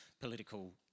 political